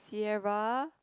Sierra